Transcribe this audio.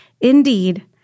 Indeed